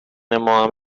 ماهم